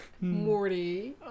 Morty